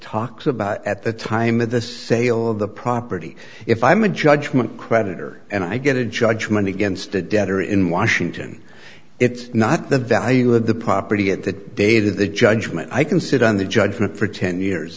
talks about at the time of the sale of the property if i'm a judgment creditor and i get a judgment against the debtor in washington it's not the value of the property at that date in the judgment i can sit on the judgment for ten years